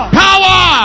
power